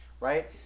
Right